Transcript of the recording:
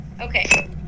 Okay